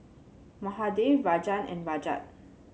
Mahade Rajan and Rajat